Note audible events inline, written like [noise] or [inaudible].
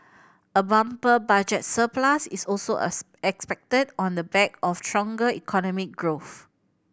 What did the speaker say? a bumper budget surplus is also [unintelligible] expected on the back of stronger economic growth